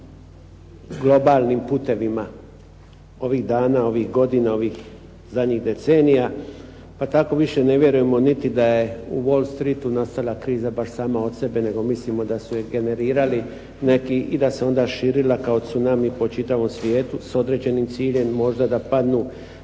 globalnim putevima ovih dana, ovih godina, ovih zadnjih decenija, pa tako više ne vjerujemo niti da je u Wall Streeatu nastala kriza baš sama od sebe, nego mislimo da su je generirali neki i da se onda širila kao tsunami po čitavom svijetu s određenim ciljem, možda da padnu